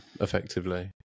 effectively